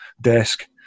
desk